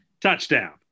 touchdown